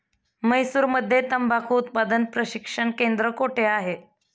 म्हैसूरमध्ये तंबाखू उत्पादन प्रशिक्षण केंद्र कोठे आहे?